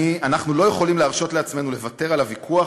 אנחנו לא יכולים להרשות לעצמנו לוותר על הוויכוח,